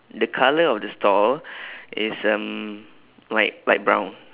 the colour of the stall is um light light brown